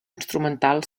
instrumental